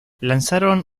lanzaron